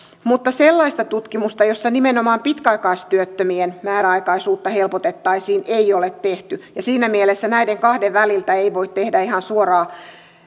mutta sellaista tutkimusta jossa nimenomaan pitkäaikaistyöttömien määräaikaisuutta helpotettaisiin ei ole tehty ja siinä mielessä näiden kahden väliltä ei voi tehdä ihan suoraa